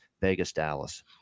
Vegas-Dallas